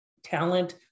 talent